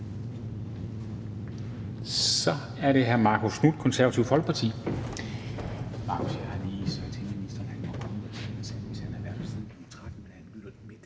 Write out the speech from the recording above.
er til hr. Marcus Knuth, Det Konservative Folkeparti.